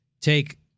take